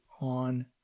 on